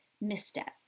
misstep